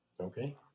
Okay